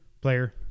player